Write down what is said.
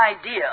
idea